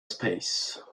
space